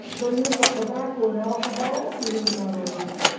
the use of tobacco and alcohol even in moderation,